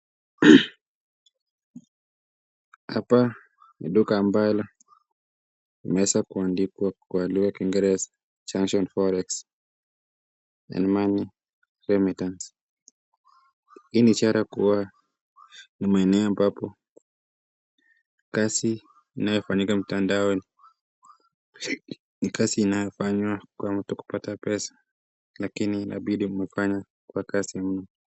Hapa ni duka ambalo limeeza kuandikwa kwa lugha ya kiingereza Junction Forex and Money Remittance . Hii ni ishara kuwa ni maeneo ambapo kazi inayofanyika mtandaoni ni kazi inayofanywa kwa mtu kupata pesa lakini inabidi umefanya kwa kasi mno.